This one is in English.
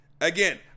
again